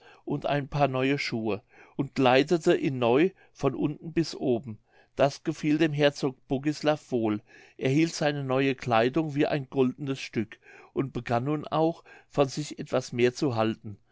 und ein paar neue schuhe und kleidete ihn neu von unten bis oben das gefiel dem herzog bogislav wohl er hielt seine neue kleidung wie ein goldenes stück und begann nun auch von sich etwas mehr zu halten